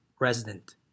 resident